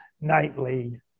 nightly